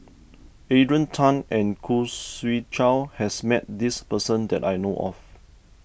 Adrian Tan and Khoo Swee Chiow has met this person that I know of